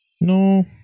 No